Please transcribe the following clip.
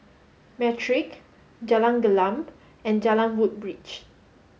Matrix Jalan Gelam and Jalan Woodbridge